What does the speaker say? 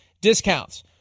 discounts